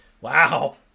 Wow